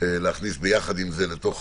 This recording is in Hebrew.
יחד עם זה להכניס